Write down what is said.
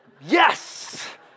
Yes